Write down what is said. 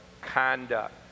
conduct